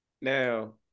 Now